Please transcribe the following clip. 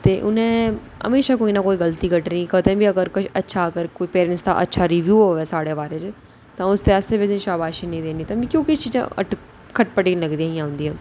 ते उ'नें म्हेशां कोई न कोई गल्ती कड्ढनी कदें बी अगर कोई अच्छा अगर कोई पेरैंटस दा अच्छा रिव्यू आवै साढ़े बारे च तां उसदे आस्तै बी मिगी शाबाशी नेईं देनी तां मिकी ओह् किश चीजां खटपटियां लगदियां हियां उं'दियां